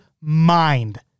mind